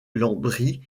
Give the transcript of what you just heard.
lambris